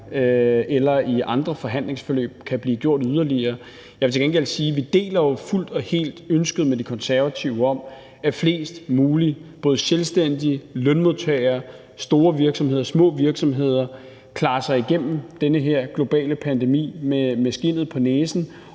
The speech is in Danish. eller i andre forhandlingsforløb kan blive gjort yderligere. Jeg vil til gengæld sige, at vi fuldt og helt deler ønsket med De Konservative om, at flest mulige både selvstændige, lønmodtagere, store virksomheder og små virksomheder klarer sig igennem den her pandemi med skindet på næsen